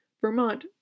Vermont